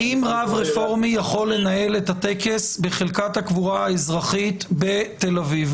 האם רב רפורמי יכול לנהל את הטקס בחלקת הקבורה האזרחית בתל אביב